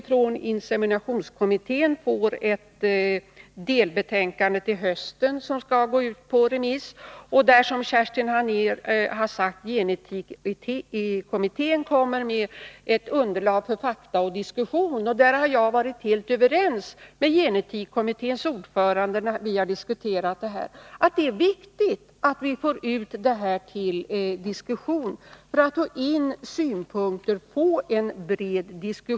Från inseminationskommittén får vi ett delbetänkande till hösten som skall gå ut på remiss och, som Kerstin Anér har sagt, gen-etikkommittén kommer med ett underlag för fakta och diskussion. Jag har varit helt överens med gen-etikkommitténs ordförande när vi har diskuterat det viktiga i att vi får ut materialet till diskussion för att få in synpunkter efter en bred debatt.